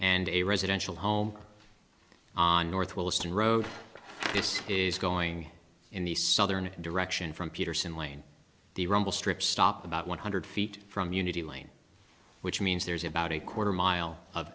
and a residential home on northwestern road this is going in the southern direction from peterson lane the rumble strips stop about one hundred feet from unity line which means there's about a quarter mile of